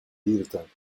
dierentuin